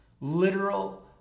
Literal